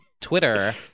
Twitter